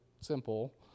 simple